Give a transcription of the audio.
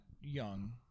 young